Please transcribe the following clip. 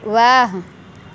वाह